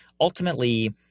ultimately